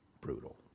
brutal